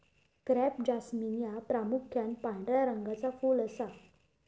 crape jasmine ह्या प्रामुख्यान पांढऱ्या रंगाचा फुल असा